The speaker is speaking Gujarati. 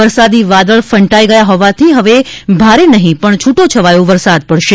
વરસાદી વાદળ ફંટાઇ ગયા હોવાથી હવે ભારે નહીં પજ્ઞ છુટો છવાયો વરસાદ પડશે